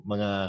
Mga